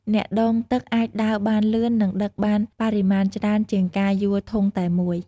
អ្នកដងទឹកអាចដើរបានលឿន និងដឹកបានបរិមាណច្រើនជាងការយួរធុងតែមួយ។